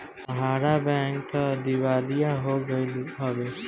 सहारा bank तअ दिवालिया हो गईल हवे